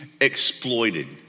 exploited